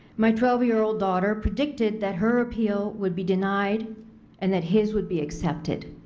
my twelve year old daughter predicted that her appeal would be denied and that his would be accepted.